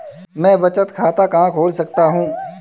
मैं बचत खाता कहाँ खोल सकता हूँ?